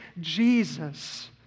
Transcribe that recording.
Jesus